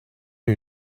you